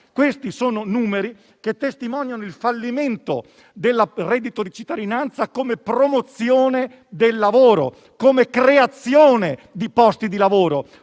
Questi sono numeri che testimoniano il fallimento del reddito di cittadinanza come promozione del lavoro, come creazione di posti di lavoro;